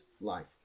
life